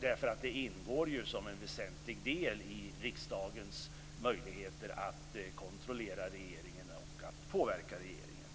eftersom det ingår som en väsentlig del i riksdagens möjligheter att kontrollera och påverka regeringen.